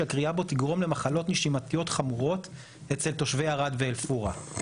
שהכרייה בו תגרום למחלות נשימתיות חמורות אצל תושבי ערד ואל-פורעה.